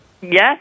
Yes